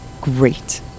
great